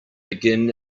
begin